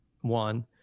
one